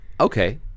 okay